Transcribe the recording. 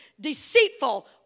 deceitful